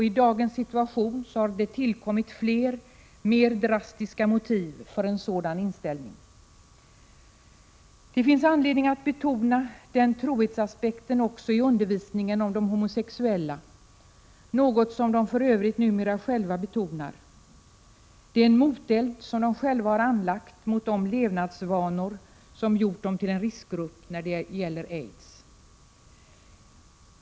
I dagens situation har det tillkommit fler, mer drastiska motiv för den inställning som den här gruppen hade. Det finns anledning att betona trohetsaspekten också i undervisningen om de homosexuella, något som de för övrigt numera själva betonar. Det är en moteld som de själva har anlagt mot de levnadsvanor som gjort dem till en riskgrupp när det gäller aids.